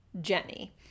jenny